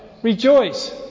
Rejoice